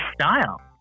style